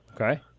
Okay